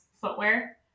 footwear